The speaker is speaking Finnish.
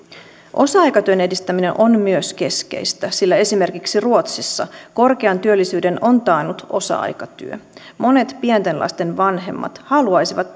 osa aikatyön edistäminen on myös keskeistä sillä esimerkiksi ruotsissa korkean työllisyyden on taannut osa aikatyö monet pienten lasten vanhemmat haluaisivat